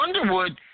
Underwood